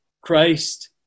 Christ